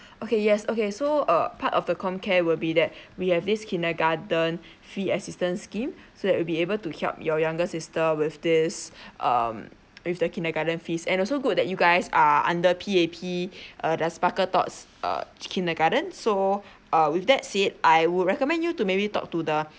okay yes okay so uh part of the comcare will be there we have this kindergarten fee assistance scheme so it will be able to help your younger sister with this um with the kindergarten fees and also good that you guys are under P_A_P uh the sparkle thoughts uh kindergarten so uh with that said I would recommend you to maybe talk to the